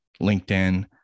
LinkedIn